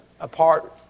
apart